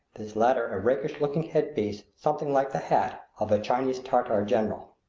this latter a rakish-looking head-piece something like the hat of a chinese tartar general.